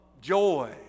joy